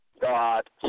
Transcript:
God